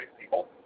people